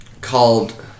called